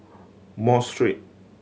Mosque Street